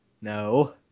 No